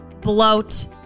bloat